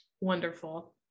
Wonderful